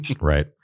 Right